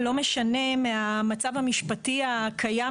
לא משנה מהמצב המשפטי הקיים,